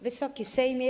Wysoki Sejmie!